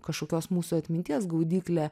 kažkokios mūsų atminties gaudyklė